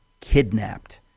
kidnapped